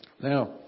Now